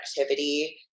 activity